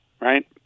right